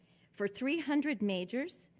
for three hundred majors